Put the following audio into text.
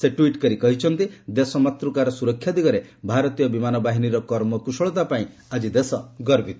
ସେ ଟ୍ୱିଟ୍ କରି କହିଛନ୍ତି ଦେଶମାତ୍ମକାର ସୁରକ୍ଷା ଦିଗରେ ଭାରତୀୟ ବିମାନ ବାହିନୀର କର୍ମକୁଶଳତାପାଇଁ ଦେଶ ଗର୍ବିତ